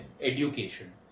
Education